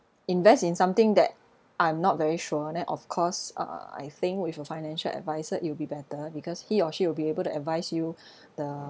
invest in something that I'm not very sure then of course uh I think with a financial advisor it will be better because he or she will be able to advise you the